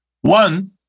One